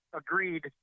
agreed